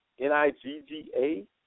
N-I-G-G-A